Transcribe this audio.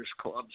clubs